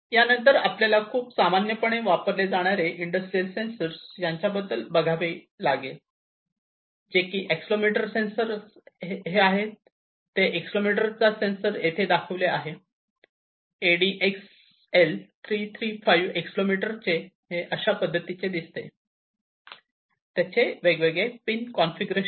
यानंतर आपल्याला खूप सामान्यपणे वापरले जाणारे इंडस्ट्रियल सेन्सर यांच्याबद्दल बघावे लागेल जे की एक्सेलरोमीटरचा सेंसर आणि हे आहे ते एक्सेलरोमीटरचा सेंसर जे येथे दाखविलेले आहे ADXL335 एक्सेलरोमीटरचा हे अशा पद्धतीचे दिसते आणि हे त्याचे वेगवेगळे पिन कॉन्फिगरेशन